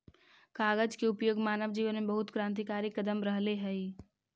कागज के उपयोग मानव जीवन में बहुत क्रान्तिकारी कदम रहले हई